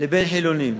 לבין חילונים.